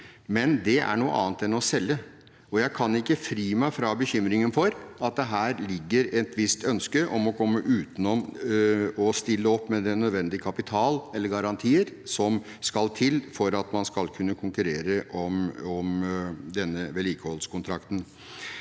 Men det er noe annet enn å selge, og jeg kan ikke fri meg fra bekymringen for at det her ligger et visst ønske om å komme utenom å stille opp med den nødvendige kapital eller garantier som skal til for at man skal kunne konkurrere om denne vedlikeholdskontrakten.